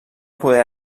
poder